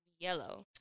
yellow